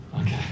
Okay